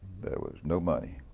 there was no money.